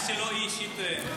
תדעי שלא היא אישית.